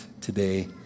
today